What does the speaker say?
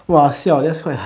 !wah! siao that's quite high